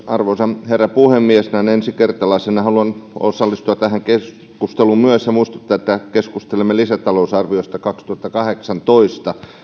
arvoisa herra puhemies näin ensikertalaisena haluan osallistua tähän keskusteluun myös ja muistuttaa että keskustelemme lisätalousarviosta kaksituhattakahdeksantoista